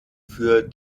für